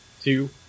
two